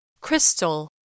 Crystal